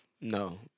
No